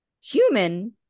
human